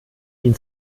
ihn